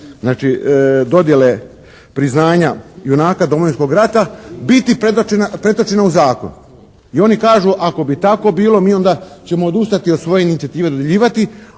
znači dodjele priznanja junaka Domovinskog rata biti pretočena u zakon i oni kažu ako bi tako bilo mi onda ćemo odustati od svoje inicijative dodjeljivati,